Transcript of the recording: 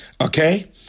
Okay